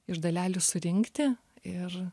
iš dalelių surinkti ir